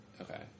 Okay